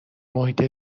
محیط